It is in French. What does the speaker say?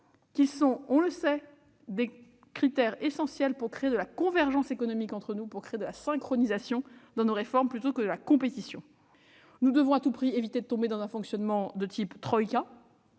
euro : c'est un critère essentiel pour créer de la convergence économique et de la synchronisation dans nos réformes plutôt que de la compétition. Nous devons à tout prix éviter de tomber dans un fonctionnement de type « troïka